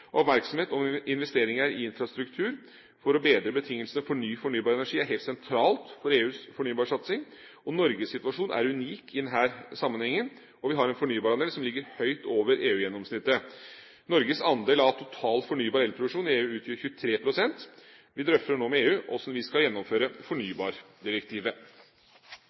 Oppmerksomhet om investeringer i infrastruktur for å bedre betingelsene for ny, fornybar energi er helt sentralt for EUs fornybarsatsing. Norges situasjon er unik i denne sammenhengen. Vi har en fornybarandel som ligger høyt over EU-gjennomsnittet. Norges andel av total fornybar elproduksjon i EU utgjør 23 pst. Vi drøfter nå med EU hvordan vi skal gjennomføre fornybardirektivet.